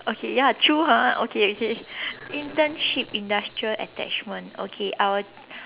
okay ya true !huh! okay okay internship industrial attachment okay I'll